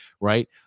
Right